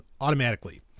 automatically